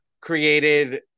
created